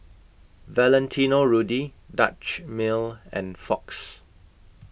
Valentino Rudy Dutch Mill and Fox